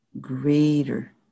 greater